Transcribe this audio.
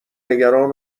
نگران